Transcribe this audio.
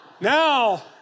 Now